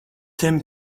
tim